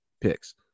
picks